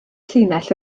llinell